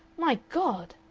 my god!